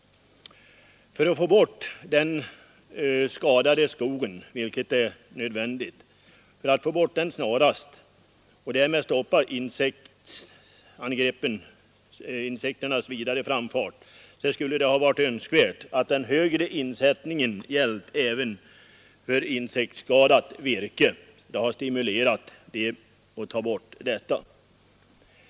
För att man snarast skall kunna få bort den skadade skogen och därmed stoppa insekternas vidare framfart skulle det ha varit önskvärt att den högre insättningen gällt även för insektsskadat virke — det hade stimulerat till borttagande av detta.